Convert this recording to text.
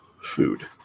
food